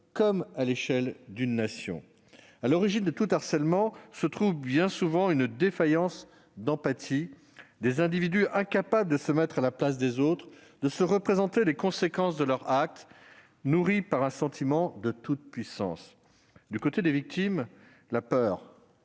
comme à l'échelle d'une nation. À l'origine de tout harcèlement se trouve bien souvent une défaillance d'empathie de la part d'individus incapables de se mettre à la place des autres, de se représenter les conséquences de leurs actes, nourris par un sentiment de toute-puissance. Du côté des victimes, la peur,